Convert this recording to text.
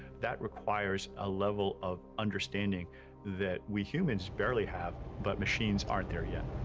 that requires a level of understanding that we humans barely have, but machines aren't there yet.